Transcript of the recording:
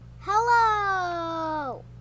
Hello